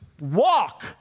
walk